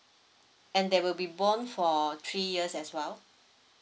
and they will be bond for three years as well